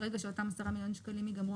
ברגע שאותם 10 מיליון שקלים ייגמרו